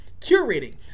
curating